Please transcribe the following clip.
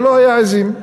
זה לא היה עזים.